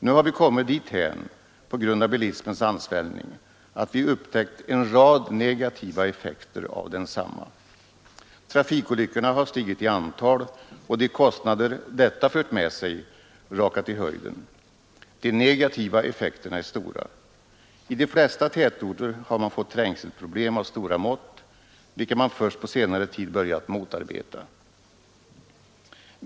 Nu har vi kommit dithän på grund av bilismens ansvällning, att vi upptäckt en rad negativa effekter av densamma. Trafikolyckorna har stigit i antal och de kostnader detta fört med sig har rakat i höjden. De negativa effekterna är stora. I de flesta tätorter har man fått trängselproblem av stora mått, vilka man först på senare tid börjat motarbeta.